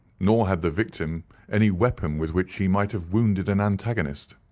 nor had the victim any weapon with which he might have wounded an antagonist.